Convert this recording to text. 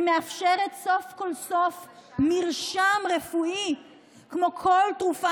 היא מאפשרת סוף כל סוף מרשם רפואי כמו לכל תרופה